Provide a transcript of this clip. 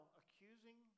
accusing